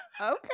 okay